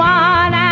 one